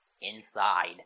inside